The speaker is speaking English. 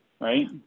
right